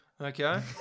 Okay